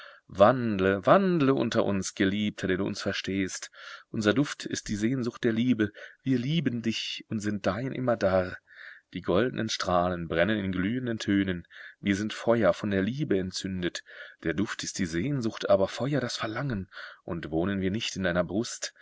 wandle wandle unter uns geliebter der du uns verstehst unser duft ist die sehnsucht der liebe wir lieben dich und sind dein immerdar die goldnen strahlen brennen in glühenden tönen wir sind feuer von der liebe entzündet der duft ist die sehnsucht aber feuer das verlangen und wohnen wir nicht in deiner brust